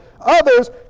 Others